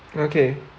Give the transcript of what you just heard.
okay